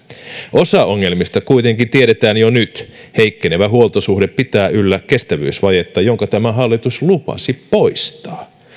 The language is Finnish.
osa ongelmista kuitenkin tiedetään jo nyt heikkenevä huoltosuhde pitää yllä kestävyysvajetta jonka tämä hallitus lupasi poistaa